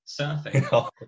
surfing